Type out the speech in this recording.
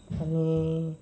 અને